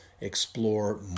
explore